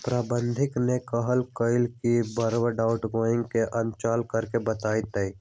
प्रबंधक ने कहल कई की वह डिस्काउंटिंग के आंकलन करके बतय तय